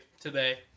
today